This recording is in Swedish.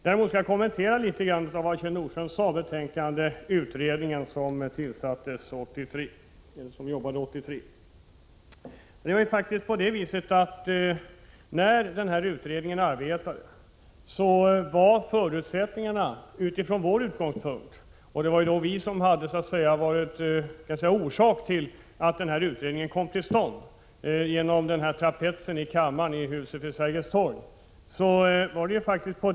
Däremot skall jag något kommentera det som Kjell Nordström sade om betänkandet från den utredning som arbetade under 1983. Det var genom vår medverkan som denna utredning kom till stånd, i ett visst läge i kammaren i riksdagshuset vid Sergels torg.